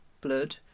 blood